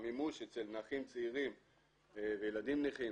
המימוש אצל נכים צעירים וילדים נכים